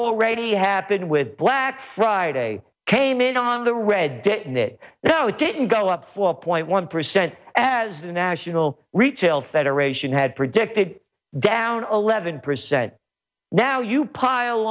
already happened with black friday came in on the red now it didn't go up four point one percent as the national retail federation had predict down a leavened percent now you pile